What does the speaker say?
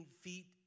feet